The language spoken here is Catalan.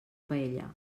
paella